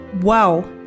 Wow